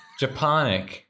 Japonic